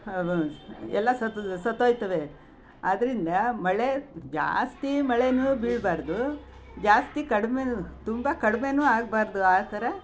ಎಲ್ಲ ಸತ್ತು ಸತ್ತೋಗ್ತವೆ ಆದ್ದರಿಂದ ಮಳೆ ಜಾಸ್ತಿ ಮಳೆಯೂ ಬೀಳಬಾರ್ದು ಜಾಸ್ತಿ ಕಡ್ಮೆ ತುಂಬ ಕಡ್ಮೆಯೂ ಆಗಬಾರ್ದು ಆ ಥರ